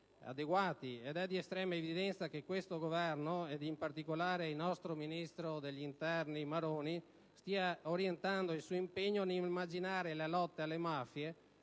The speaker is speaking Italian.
È di estrema evidenza che questo Governo - e in particolare il nostro ministro dell'interno Maroni - sta orientando il suo impegno nell'immaginare la lotta alle mafie,